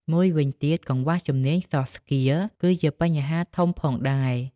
មួយវិញទៀត កង្វះជំនាញ Soft Skills ក៏ជាបញ្ហាធំផងដែរ។